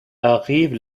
arrivent